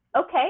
Okay